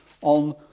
on